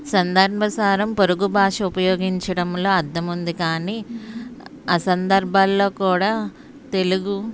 సందర్భానుసారం పొరుగు భాష ఉపయోగించడంలో అర్థముంది కానీ ఆసందర్భాల్లో కూడా తెలుగు